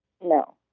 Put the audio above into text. No